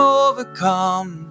overcome